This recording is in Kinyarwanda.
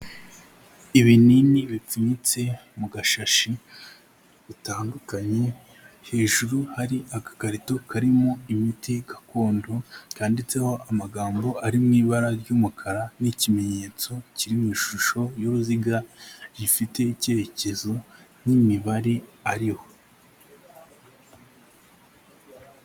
Ibinini bipfunyitse mu gashashi bitandukanye, hejuru hari agakarito karimo imiti gakondo, kandiditseho amagambo ari mu ibara ry'umukara n'ikimenyetso kiri mu ishusho y'uruziga, gifite icyerekezo n'imibare ariho.